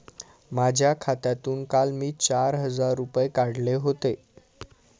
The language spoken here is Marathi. माझ्या खात्यातून काल मी चार हजार रुपये काढले होते